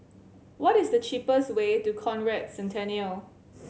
what is the cheapest way to Conrad Centennial